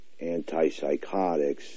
antipsychotics